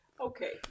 Okay